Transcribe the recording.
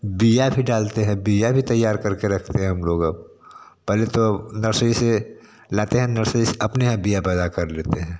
बीया भी डालते हैं बीया भी तैयार करके रखते हैं हम लोग अब पहले तो नर्सरी से लाते हैं नर्सरी से अपने यहाँ बीया पैदा कर लेते हैं